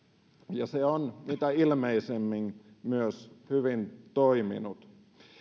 ja se on mitä ilmeisimmin myös hyvin toiminut